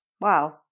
Wow